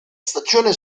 stagione